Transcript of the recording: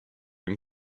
and